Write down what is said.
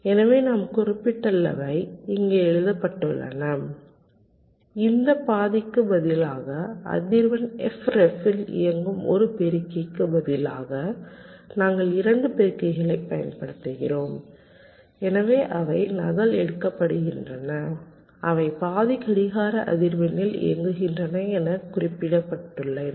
எனவே நாம் குறிப்பிட்டுள்ளவை இங்கே எழுதப்பட்டுள்ளன இந்த பாதிக்கு பதிலாக அதிர்வெண் f ref இல் இயங்கும் ஒரு பெருக்கிக்கு பதிலாக நாங்கள் 2 பெருக்கிகளைப் பயன்படுத்துகிறோம் எனவே அவை நகலெடுக்கப்படுகின்றன அவை பாதி கடிகார அதிர்வெண்ணில் இயங்குகின்றன என குறிப்பிட்டுள்ளேன்